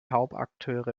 hauptakteure